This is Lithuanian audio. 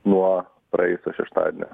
nuo praėjusio šeštadienio